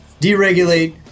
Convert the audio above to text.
deregulate